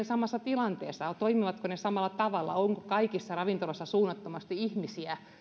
samassa tilanteessa toimivatko ne samalla tavalla onko kaikissa ravintoloissa suunnattomasti ihmisiä